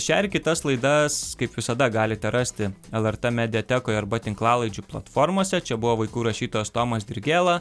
šią ir kitas laidas kaip visada galite rasti lrt mediatekoje arba tinklalaidžių platformose čia buvo vaikų rašytojas tomas dirgėla